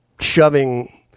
shoving